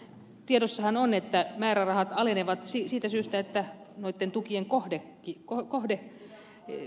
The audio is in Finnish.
tiedossahan on että määrärahat alenevat siitä syystä että noitten tukien kohdeyleisökin vähenee